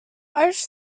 irish